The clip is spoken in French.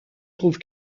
trouve